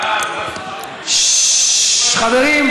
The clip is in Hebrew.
ששש, חברים.